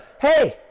hey